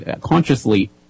consciously